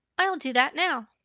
i'll do that now.